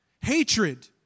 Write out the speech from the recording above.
hatred